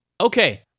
Okay